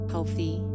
Healthy